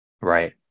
Right